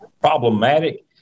problematic